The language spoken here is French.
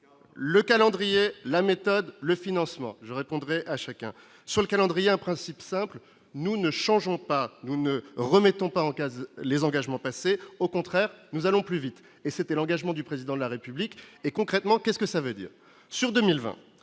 le calendrier, la méthode, le financement, je répondrai à chacun sur le calendrier, un principe simple : nous ne changeons pas nous ne remettons pas en 15 les engagements passés, au contraire, nous allons plus vite, et c'était l'engagement du président de la République et concrètement qu'est-ce que ça veut dire sur 2020